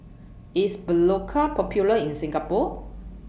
IS Berocca Popular in Singapore